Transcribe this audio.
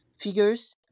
figures